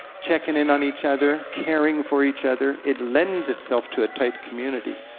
checking in on each other, caring for each other. it lends itself to a tight community.